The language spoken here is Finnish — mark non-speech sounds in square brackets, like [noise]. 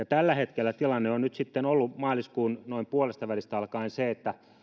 [unintelligible] tällä hetkellä tilanne on nyt sitten ollut noin maaliskuun puolestavälistä alkaen se että